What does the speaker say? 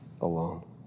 alone